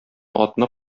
атны